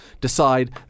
decide